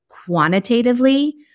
Quantitatively